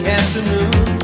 afternoon